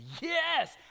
yes